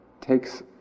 takes